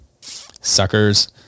suckers